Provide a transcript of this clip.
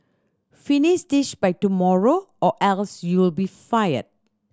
finish this by tomorrow or else you'll be fired